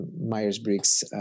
Myers-Briggs